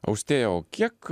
austėja o kiek